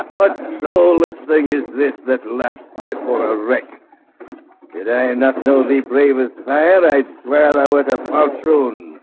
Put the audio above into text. but soulless thing is this that left before a wreck did i enough no the bravest fire? i'd swear. i would have mushroom.